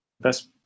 best